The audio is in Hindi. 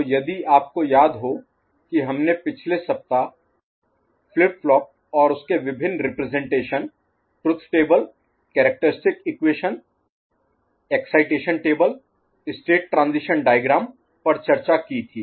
तो यदि आपको याद हो कि हमने पिछले सप्ताह फ्लिप फ्लॉप और उसके विभिन्न representation truth table characteristic equation excitation table state transition diagram पर चर्चा की थी